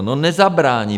No nezabrání!